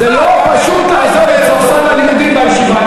זה לא פשוט לעזוב את ספסל הלימודים בישיבה.